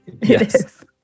Yes